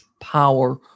power